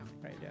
right